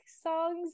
songs